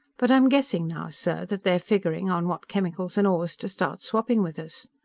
but i'm guessing now, sir, that they're figuring on what chemicals and ores to start swapping with us.